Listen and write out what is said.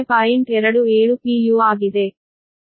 u ಆಗಿದೆ